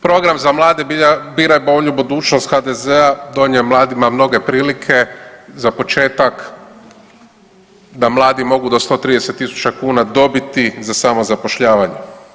Program za mlade „Biraj bolju budućnost“ HDZ-a donio je mladima mnoge prilike, za početak da mladi mogu do 130 000 kuna dobiti za samozapošljavanje.